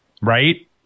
Right